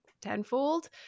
tenfold